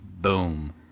Boom